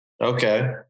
Okay